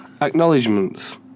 Acknowledgements